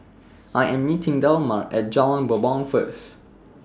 I Am meeting Delmar At Jalan Bumbong First